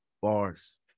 Bars